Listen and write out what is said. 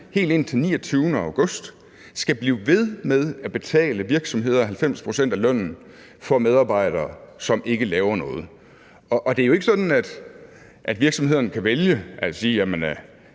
helt indtil den 29. august, skal blive ved med at betale virksomheder 90 pct. af lønnen for medarbejdere, som ikke laver noget, og det er jo ikke sådan, at virksomhederne kan vælge at sige,